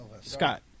Scott